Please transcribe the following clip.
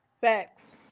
facts